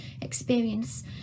experience